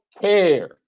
care